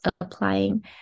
applying